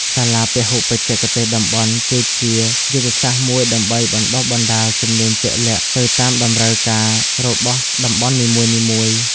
សាលាពហុបច្ចេកទេសតំបន់ គឺជាយុទ្ធសាស្ត្រមួយដើម្បីបណ្តុះបណ្តាលជំនាញជាក់លាក់ទៅតាមតម្រូវការរបស់តំបន់នីមួយៗ។